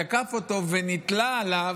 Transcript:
ונתלה עליו,